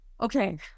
okay